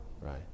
right